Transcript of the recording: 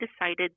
decided